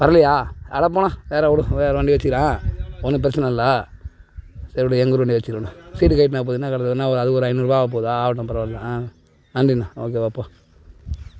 வரலையா அட போங்ண்ண வேண்டா விடு வேறே வேண்டிய வச்சிக்கிறேன் ஒன்றும் பிரச்சனை இல்லை சரி விடு எங்கூர் வண்டியை வச்சிக்கிறேன் விடு சீட்டு கழட்டுனாப் போதும் என்ன அது ஒரு ஐநூறுபா ஆகப் போகுதா ஆகட்டும் பரவால்லை ஆ நன்றிண்ணா ஓகே போ